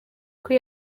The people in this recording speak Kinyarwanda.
kuri